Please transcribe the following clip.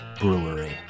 Brewery